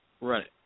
Right